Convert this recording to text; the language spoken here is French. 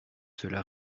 cela